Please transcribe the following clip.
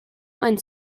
ein